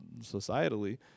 societally